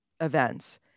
events